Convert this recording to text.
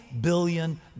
billion